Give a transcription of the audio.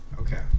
Okay